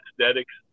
aesthetics